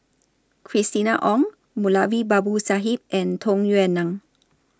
Christina Ong Moulavi Babu Sahib and Tung Yue Nang